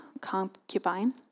concubine